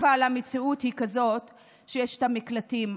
אבל המציאות היא כזאת שיש מקלטים.